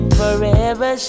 forever